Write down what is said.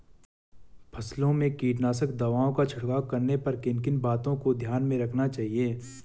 फसलों में कीटनाशक दवाओं का छिड़काव करने पर किन किन बातों को ध्यान में रखना चाहिए?